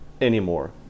anymore